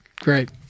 Great